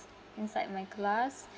inside my class